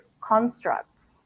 constructs